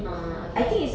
oh okay